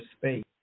space